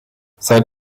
seit